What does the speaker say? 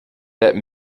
that